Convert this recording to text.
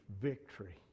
victory